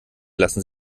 lassen